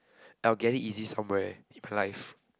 I'll get it easy somewhere in my life